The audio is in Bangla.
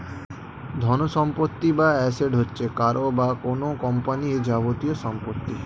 ধনসম্পত্তি বা অ্যাসেট হচ্ছে কারও বা কোন কোম্পানির যাবতীয় সম্পত্তি